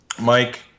Mike